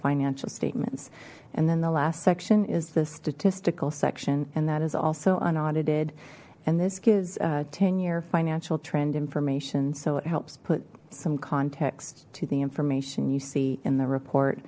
financial statements and then the last section is the statistical section and that is also unaudited and this gives ten year financial trend information so it helps put some context to the information you see in the report